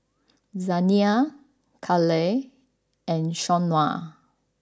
Zaniyah Kale and Shawnna